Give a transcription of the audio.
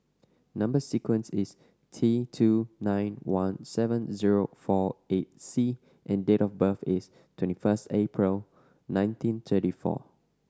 number sequence is T two nine one seven zero four eight C and date of birth is twenty first April nineteen thirty four